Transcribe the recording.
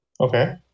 okay